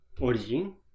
origin